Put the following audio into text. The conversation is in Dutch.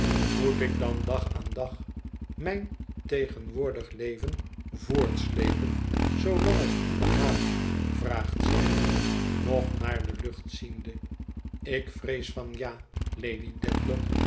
moet ik dan dag aan dag mijn tegenwoordig leven voortslepen zoolang het u behaagt vraagt zij nog naar de lucht ziende ik vrees van ja lady